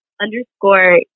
underscore